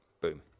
Boom